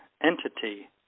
entity